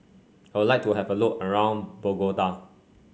I would like to have a look around Bogota